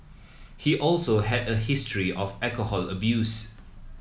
he also had a history of alcohol abuse